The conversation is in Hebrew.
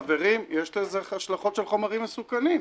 חברים, יש לזה השלכות של חומרים מסוכנים.